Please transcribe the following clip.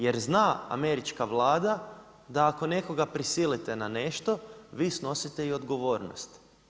Jer zna američka vlada da ako nekoga prisilite na nešto vi snosite i odgovornost.